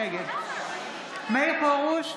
נגד מאיר פרוש,